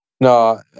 No